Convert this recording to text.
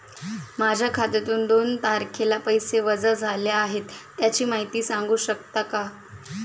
माझ्या खात्यातून दोन तारखेला पैसे वजा झाले आहेत त्याची माहिती सांगू शकता का?